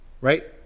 right